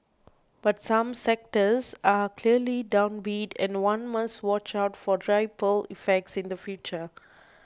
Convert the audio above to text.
but some sectors are clearly downbeat and one must watch out for ripple effects in the future